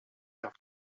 have